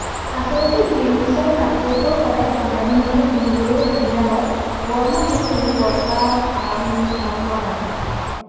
আচলতে জিন্ছৰ কাপোৰবোৰ সদায় ঠাণ্ডা দিনতহে পিন্ধিবলৈ সুবিধা হয় গৰমত ইয়াক পিন্ধি বৰ এটা আৰাম পোৱা নাযায়